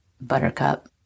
buttercup